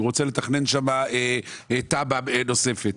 תב"ע נוספת,